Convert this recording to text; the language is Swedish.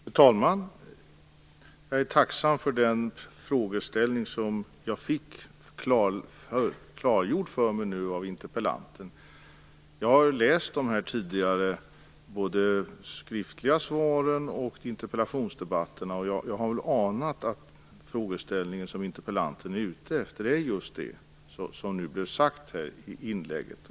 Fru talman! Jag är tacksam för att jag nu fick frågeställningen klargjord för mig av interpellanten. Jag har läst de tidigare skriftliga svaren och interpellationsdebatterna. Jag har väl anat att interpellanten är ute efter just det som nu framkom i inlägget.